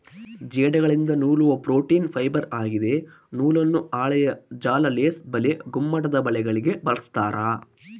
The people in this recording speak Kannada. ಜೇಡಗಳಿಂದ ನೂಲುವ ಪ್ರೋಟೀನ್ ಫೈಬರ್ ಆಗಿದೆ ನೂಲನ್ನು ಹಾಳೆಯ ಜಾಲ ಲೇಸ್ ಬಲೆ ಗುಮ್ಮಟದಬಲೆಗಳಿಗೆ ಬಳಸ್ತಾರ